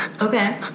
Okay